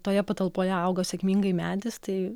toje patalpoje augo sėkmingai medis tai